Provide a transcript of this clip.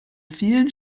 vielen